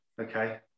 Okay